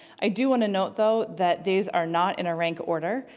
i do and to note though that these are not in a rank order,